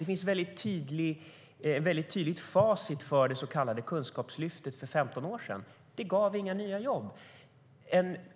Det finns ett väldigt tydligt facit för det så kallade Kunskapslyftet för 15 år sedan. Det gav inga nya jobb.